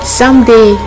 someday